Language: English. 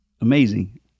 amazing